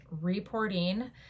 reporting